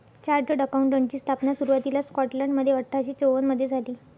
chartered अकाउंटंटची स्थापना सुरुवातीला स्कॉटलंडमध्ये अठरा शे चौवन मधे झाली